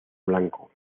blanco